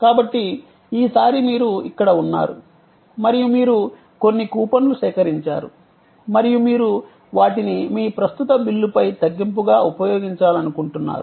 కాబట్టి ఈసారి మీరు ఇక్కడ ఉన్నారు మరియు మీరు కొన్ని కూపన్లు సేకరించారు మరియు మీరు వాటిని మీ ప్రస్తుత బిల్లుపై తగ్గింపుగా ఉపయోగించాలనుకుంటున్నారు